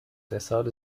deshalb